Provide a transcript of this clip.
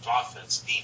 offense